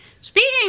Speaking